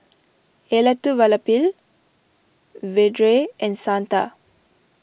Elattuvalapil Vedre and Santha